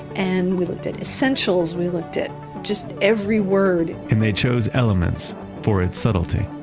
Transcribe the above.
and we looked at essentials, we looked at just every word. and they chose elements for it subtlety.